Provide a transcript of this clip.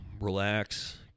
relax